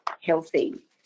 healthy